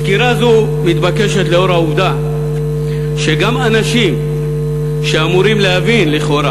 סקירה זו מתבקשת לאור העובדה שגם אנשים שאמורים להבין לכאורה,